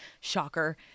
Shocker